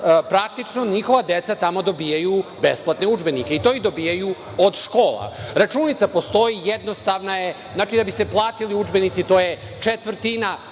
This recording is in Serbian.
praktično njihova deca tamo dobijaju besplatne udžbenike, i to ih dobijaju od škola. Računica postoji, jednostavna je, znači da bi se platili udžbenici to je četvrtina